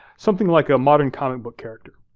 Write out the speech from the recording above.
something like a modern comic book character.